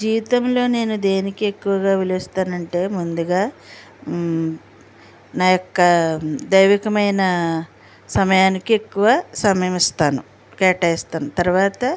జీవితంలో నేను దేనికి ఎక్కువగా విలువిస్తానంటే ముందుగా నా యొక్క దైవీకమైన సమయానికి ఎక్కువ సమయమిస్తాను కేటాయిస్తాను తరువాత